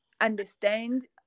understand